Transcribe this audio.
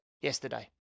yesterday